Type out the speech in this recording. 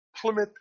Plymouth